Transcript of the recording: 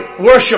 worship